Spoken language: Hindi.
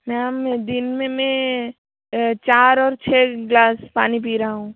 मैम मैं दिन में मैं चार और छः ग्लास पानी पी रही हूँ